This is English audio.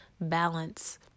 balance